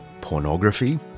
pornography